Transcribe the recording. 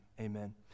amen